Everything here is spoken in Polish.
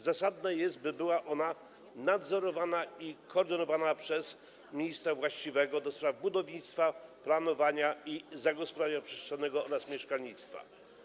Zasadne jest, by była ona nadzorowana i koordynowana przez ministra właściwego do spraw budownictwa, planowania i zagospodarowania przestrzennego oraz mieszkalnictwa.